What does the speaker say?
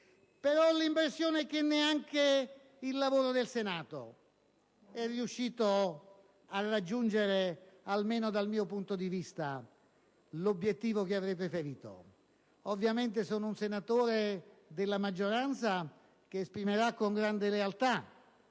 però ho l'impressione che neanche il lavoro del Senato sia riuscito a raggiungere, almeno dal mio punto di vista, l'obiettivo che avrei preferito. Ovviamente sono un senatore della maggioranza che esprimerà con grande lealtà